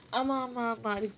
ஆமா ஆமா ஆமா:aamaa aamaa aamaa